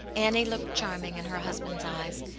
annie looked charming in her husband's eyes,